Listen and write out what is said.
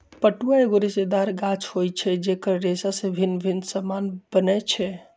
पटुआ एगो रेशेदार गाछ होइ छइ जेकर रेशा से भिन्न भिन्न समान बनै छै